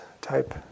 type